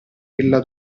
ella